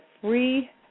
free